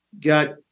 got